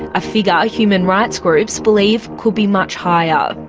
a figure human rights groups believe could be much higher.